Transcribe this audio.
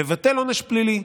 לבטל עונש פלילי,